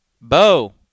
Bo